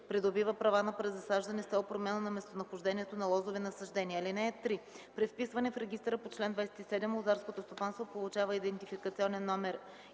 придобива права на презасаждане с цел промяна на местонахождението на лозови насаждения. (3) При вписване в регистъра по чл. 27 лозарското стопанство получава идентификационен номер